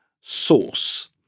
source